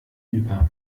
über